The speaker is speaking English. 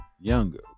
younger